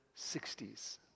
60s